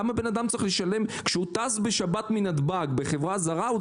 למה בן אדם צריך לשלם 600 שקל על מונית כשהוא טס בשבת מנתב"ג בחברה זרה,